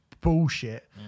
bullshit